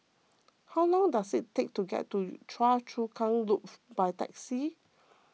how long does it take to get to Choa Chu Kang Loop by taxi